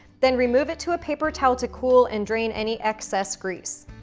then remove it to a paper towel to cool and drain any excess grease.